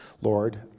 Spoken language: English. Lord